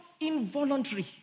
involuntary